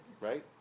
Right